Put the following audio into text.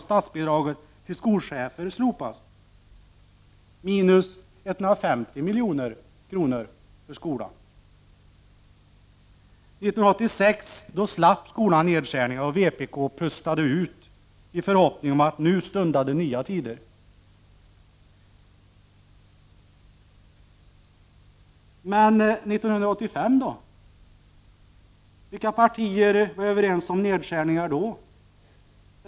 1986 slapp skolan nedskärningar, och vpk pustade ut i förhoppning om att nu stundade nya tider. Men 1985 då? Vilka partier var överens om nedskärningar då?